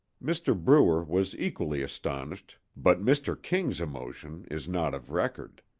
mr. brewer was equally astonished, but mr. king's emotion is not of record.